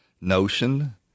notion